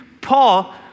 Paul